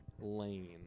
Lane